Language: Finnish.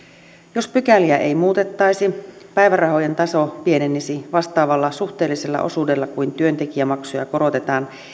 jos pykäliä ei muutettaisi päivärahojen taso pienenisi vastaavalla suhteellisella osuudella kuin työntekijämaksuja korotetaan